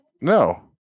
No